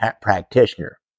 practitioner